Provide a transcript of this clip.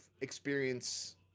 experience